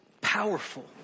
powerful